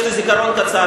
יש לי זיכרון קצר,